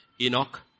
Enoch